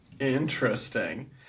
interesting